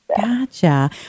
Gotcha